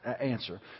answer